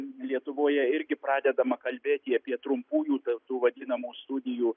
lietuvoje irgi pradedama kalbėti apie trumpųjų tai tų vadinamų studijų